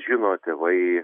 žino tėvai